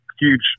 huge